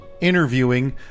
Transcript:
interviewing